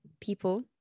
people